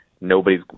nobody's